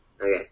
Okay